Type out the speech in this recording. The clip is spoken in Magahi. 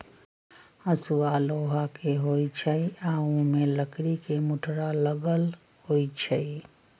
हसुआ लोहा के होई छई आ ओमे लकड़ी के मुठरा लगल होई छई